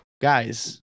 guys